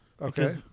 Okay